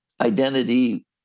identity